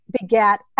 Begat